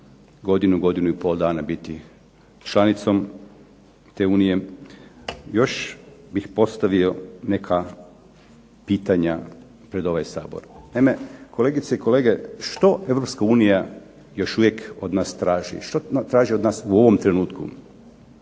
godinu, godinu i pol dana biti članicom te Unije, još bih postavio neka pitanja pred ovaj Sabor. Naime, kolegice i kolege, što Europska unija još uvijek od nas traži i što traži od nas u ovom trenutku?